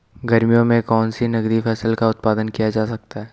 गर्मियों में कौन सी नगदी फसल का उत्पादन किया जा सकता है?